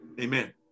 amen